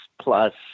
plus